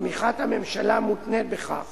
תמיכת הממשלה מותנית בכך